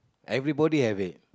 everybody have it